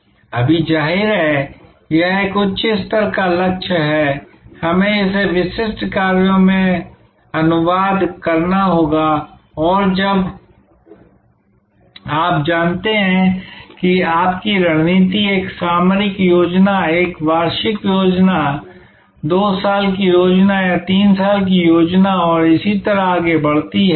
फुर्तीली अभी जाहिर है यह एक उच्च स्तर का लक्ष्य है हमें इसे विशिष्ट कार्यों में अनुवाद करना होगा और जब आप जानते हैं कि आपकी रणनीति एक सामरिक योजना एक वार्षिक योजना 2 साल की योजना या 3 साल की योजना और इसी तरह आगे बढ़ती है